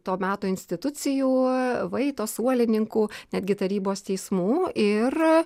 to meto institucijų vaito suolininkų netgi tarybos teismų ir